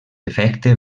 efecte